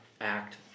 Act